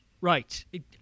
Right